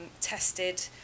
tested